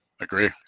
agree